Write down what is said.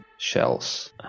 shells